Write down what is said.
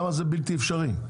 למה זה בלתי אפשרי?